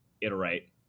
iterate